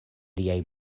liaj